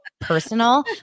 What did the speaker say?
personal